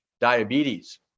diabetes